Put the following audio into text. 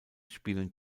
spielen